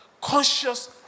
conscious